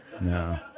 No